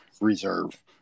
reserve